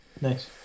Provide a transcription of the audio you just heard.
nice